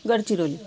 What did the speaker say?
Gadchiroli